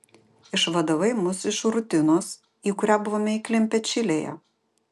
išvadavai mus iš rutinos į kurią buvome įklimpę čilėje